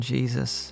Jesus